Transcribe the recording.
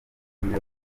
kumwe